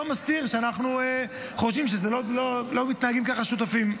אבל אני לא מסתיר שאנחנו חושבים שלא ככה מתנהגים שותפים.